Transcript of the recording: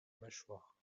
mâchoire